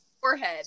forehead